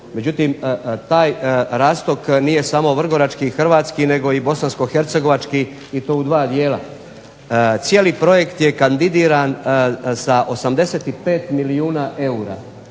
Međutim, taj rastok nije samo vrgorački i hrvatski, nego i bosansko-hercegovački i to u dva dijela. Cijeli projekt je kandidiran sa 85 milijuna eura.